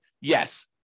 yes